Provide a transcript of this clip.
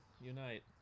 Unite